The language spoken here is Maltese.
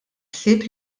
ħsieb